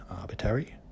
arbitrary